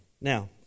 Now